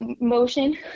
motion